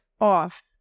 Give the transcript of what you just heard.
off